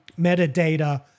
metadata